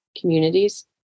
communities